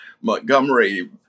Montgomery